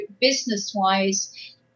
business-wise